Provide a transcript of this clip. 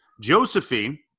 Josephine